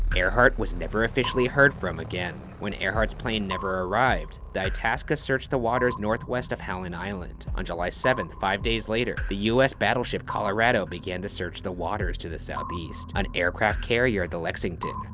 earhart was never officially heard from again. when earhart's plane never arrived, the itasca searched the waters northwest of howland island. on july seven, five days later, the us battleship colorado began to search the waters to the southeast. an aircraft carrier, the lexington,